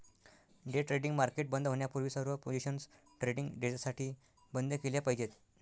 day trading market बंद होण्यापूर्वी सर्व पोझिशन्स ट्रेडिंग डेसाठी बंद केल्या पाहिजेत